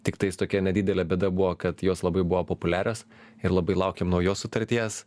tiktais tokia nedidelė bėda buvo kad jos labai buvo populiarios ir labai laukėm naujos sutarties